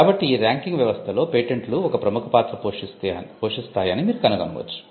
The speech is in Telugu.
కాబట్టి ఈ ర్యాంకింగ్ వ్యవస్థలో పేటెంట్లు ఒక ప్రముఖ పాత్ర పోషిస్తాయని మీరు కనుగొనవచ్చు